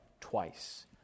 twice